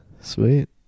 sweet